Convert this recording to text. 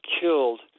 killed